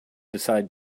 decide